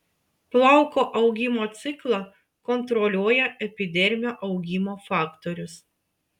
plauko augimo ciklą kontroliuoja epidermio augimo faktorius